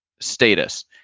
status